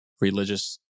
religious